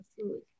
food